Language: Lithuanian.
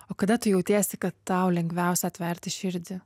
o kada tu jautiesi kad tau lengviausia atverti širdį